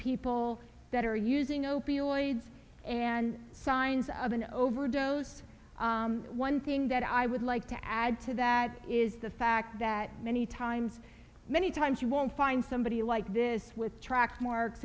people that are using opioids and signs of an overdose one thing that i would like to add to that is the fact that many times many times you won't find somebody like this with track marks